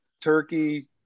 turkey